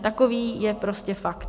Takový je prostě fakt.